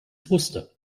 wusste